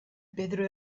pedro